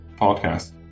podcast